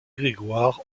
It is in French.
grégoire